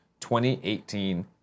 2018